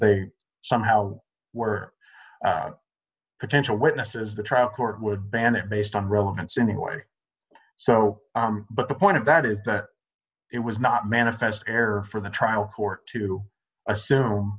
they somehow were out potential witnesses the trial court would ban it based on relevance anyway so but the point of that is that it was not manifest error for the trial court to assume